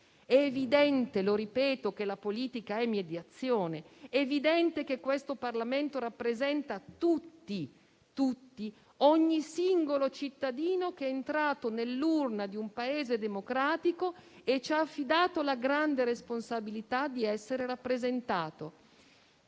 È evidente - lo ripeto - che la politica è mediazione, come è evidente che questo Parlamento rappresenta tutti, ogni singolo cittadino che è entrato nell'urna di un Paese democratico e ci ha affidato la grande responsabilità di essere rappresentato.